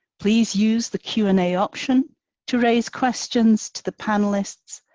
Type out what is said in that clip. please use the q and a option to raise questions to the panelists,